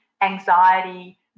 anxiety